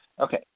Okay